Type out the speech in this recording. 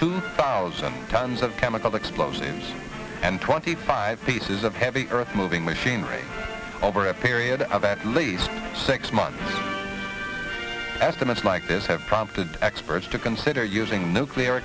two thousand tons of chemical explosives and twenty five pieces of heavy earth moving machinery over a period of at least six months f m s like this have prompted experts to consider using nuclear